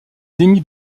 démis